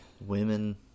women